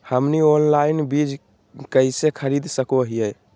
हमनी ऑनलाइन बीज कइसे खरीद सको हीयइ?